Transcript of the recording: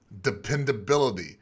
dependability